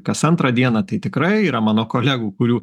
kas antrą dieną tai tikrai yra mano kolegų kurių